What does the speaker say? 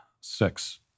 six